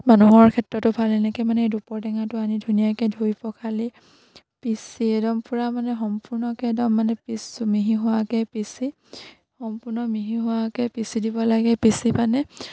মানুহৰ ক্ষেত্ৰতো ভাল এনেকে মানে এই দুপৰ টেঙাটো আনি ধুনীয়াকে ধুই পখালি পিচি একদম পূৰা মানে সম্পূৰ্ণকে একদম মানে মিহি হোৱাকে পিচি সম্পূৰ্ণ মিহি হোৱাকে পিচি দিব লাগে পিচি পানে